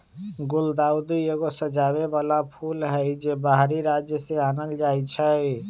गुलदाऊदी एगो सजाबे बला फूल हई, जे बाहरी राज्य से आनल जाइ छै